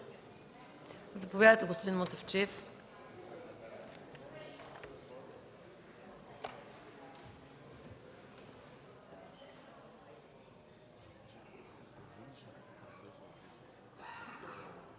Заповядайте, господин Мутафчиев.